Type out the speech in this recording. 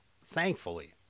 thankfully